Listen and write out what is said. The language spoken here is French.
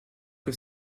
que